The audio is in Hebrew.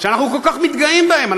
שאנחנו כל כך מתגאים בהם.